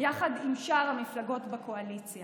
יחד עם שאר המפלגות בקואליציה.